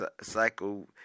cycle